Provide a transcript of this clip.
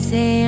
Say